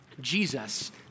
Jesus